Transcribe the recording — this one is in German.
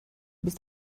bist